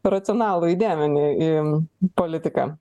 racionalų į dėmenį į politiką